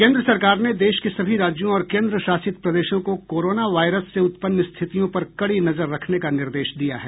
केंद्र सरकार ने देश के सभी राज्यों और केंद्र शासित प्रदेशों को कोरोना वायरस से उत्पन्न स्थितियों पर कड़ी नजर रखने का निर्देश दिया है